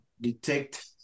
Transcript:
detect